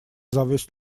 завез